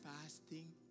fasting